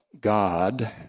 God